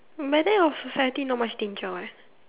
but then our society not much danger eh